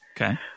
Okay